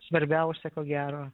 svarbiausia ko gero